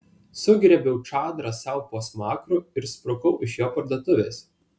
sugriebiau čadrą sau po smakru ir sprukau iš jo parduotuvės